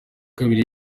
kabiri